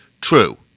true